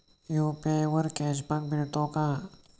UPI वर cashback मिळतो का?